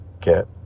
get